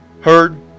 heard